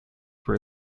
were